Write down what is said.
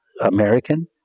American